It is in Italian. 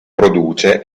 produce